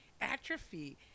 atrophy